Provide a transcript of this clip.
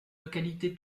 localité